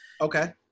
Okay